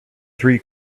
three